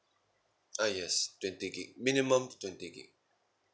ah yes twenty GIG minimum twenty GIG